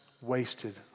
wasted